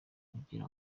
kugira